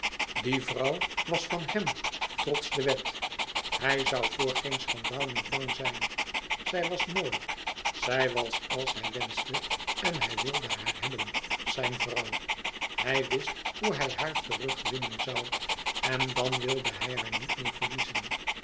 die vrouw was van hem trots de wet hij zoû voor geen schandaal meer bang zijn zij was mooi zij was als hij wenschte en hij wilde haar hebben zijn vrouw hij wist hoe hij haar terug winnen zoû en dàn wilde hij haar niet meer verliezen